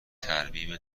ترمیم